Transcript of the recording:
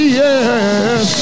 yes